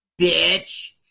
Bitch